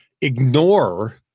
ignore